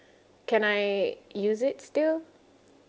can I use it still